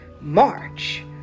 March